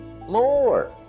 more